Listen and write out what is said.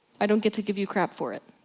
i don't get to give you crap for it.